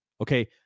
Okay